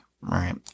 right